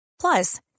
Plus